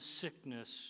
sickness